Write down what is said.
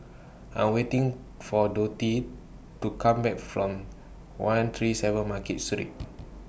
I'm waiting For Dottie to Come Back from one three seven Market Street